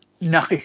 No